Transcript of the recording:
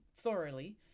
thoroughly